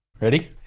Ready